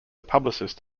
publicist